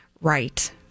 Right